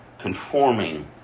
conforming